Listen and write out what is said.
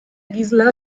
gisela